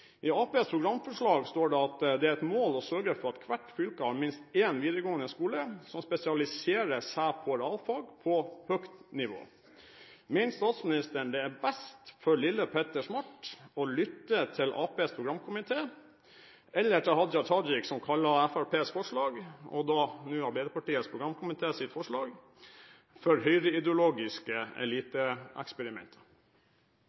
I Arbeiderpartiets programforslag står det at det er et mål å sørge for at «hvert fylke har minst én videregående skole som spesialiserer seg på realfag på høyt nivå». Mener statsministeren det er best for lille Petter Smart å lytte til Arbeiderpartiets programkomité eller til Hadia Tajik, som kaller Fremskrittspartiets forslag – og nå Arbeiderpartiets programkomités forslag – for